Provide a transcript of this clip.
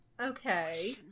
Okay